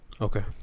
Okay